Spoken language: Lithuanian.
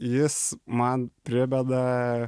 jis man primena